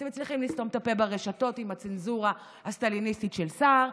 אתם מצליחים לסתום את הפה ברשתות עם הצנזורה הסטליניסטית של סער,